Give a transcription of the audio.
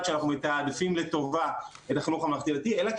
שאנחנו מתעדפים לטובה את החינוך הממלכתי-דתי אלא כי